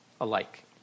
alike